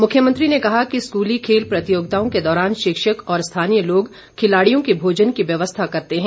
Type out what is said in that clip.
मुख्यमंत्री ने कहा कि स्कूली खेल प्रतियोगिताओं के दौरान शिक्षक और स्थानीय लोग खिलाड़ियों के भोजन की व्यवस्था करते हैं